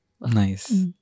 Nice